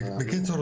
בקיצור,